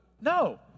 No